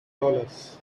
dollars